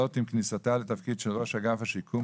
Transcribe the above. זאת עם כניסתה לתפקיד של ראש אגף השיקום,